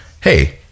hey